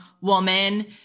woman